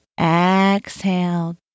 exhale